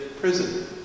prison